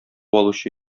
алучы